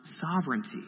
sovereignty